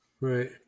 Right